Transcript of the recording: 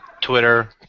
Twitter